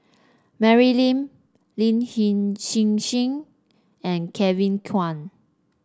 Mary Lim Lin Hsin Hsin and Kevin Kwan